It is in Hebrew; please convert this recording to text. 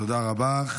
תודה רבה.